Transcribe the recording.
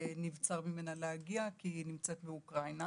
נבצר ממנה להגיע כי היא נמצאת באוקראינה